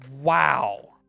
Wow